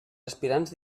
aspirants